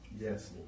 Yes